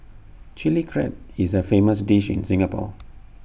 Chilli Crab is A famous dish in Singapore